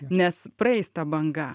nes praeis ta banga